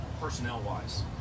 personnel-wise